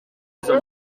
izo